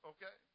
Okay